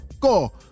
Go